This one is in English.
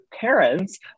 parents